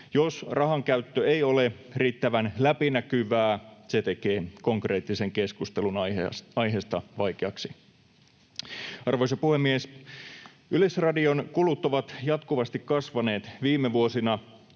Jos rahankäyttö ei ole riittävän läpinäkyvää, se tekee konkreettisen keskustelun aiheesta vaikeaksi. Arvoisa puhemies! Yleisradion kulut ovat jatkuvasti kasvaneet viime vuosina.